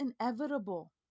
inevitable